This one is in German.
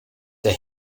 der